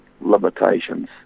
limitations